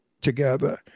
together